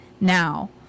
now